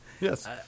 Yes